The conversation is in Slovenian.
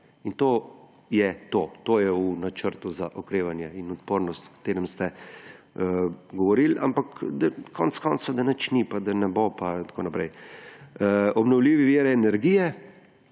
In to je to, to je v Načrtu za okrevanje in odpornost, o katerem ste govorili, ampak konec koncev da nič ni in da ne bo in tako naprej. Obnovljivi viri energije.